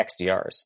XDRs